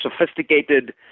sophisticated